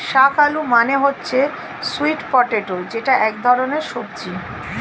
শাক আলু মানে হচ্ছে স্যুইট পটেটো যেটা এক ধরনের সবজি